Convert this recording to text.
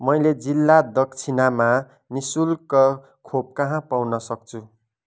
मैले जिल्ला दक्षिणामा निःशुल्क खोप कहाँ पाउन सक्छु